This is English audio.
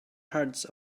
hearts